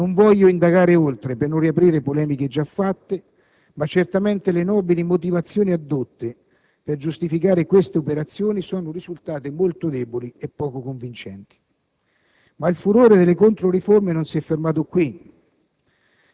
Non voglio indagare oltre per non riaprire polemiche già fatte, ma certamente le nobili motivazioni addotte per giustificare queste operazioni sono risultate molto deboli e poco convincenti. Ma il furore delle controriforme non si è fermato qui: